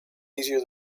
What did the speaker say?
easier